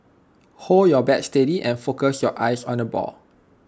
hold your bat steady and focus your eyes on the ball